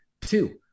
Two